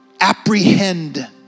apprehend